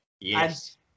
yes